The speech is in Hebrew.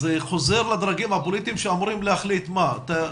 אז זה חוזר לדרגים הפוליטיים שאמורים להחליט מה?